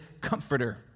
comforter